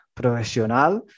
profesional